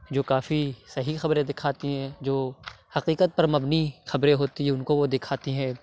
جو کافی صحیح خبریں دکھاتی ہیں جو حقیقت پر مبنی خبریں ہوتی ہے اُن کو وہ دکھاتی ہے